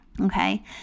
Okay